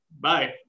bye